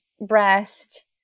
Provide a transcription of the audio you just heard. breast